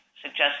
suggest